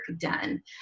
done